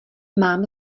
mám